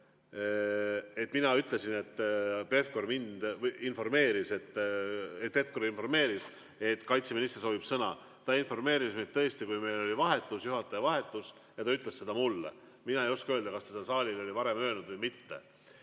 et mina ütlesin, et Pevkur mind informeeris, et kaitseminister soovib sõna. Ta informeeris mind tõesti, kui oli juhataja vahetus, ta ütles seda mulle. Mina ei oska öelda, kas ta seda saalile oli varem öelnud või mitte.